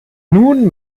nun